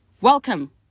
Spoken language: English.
welcome